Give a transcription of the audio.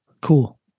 cool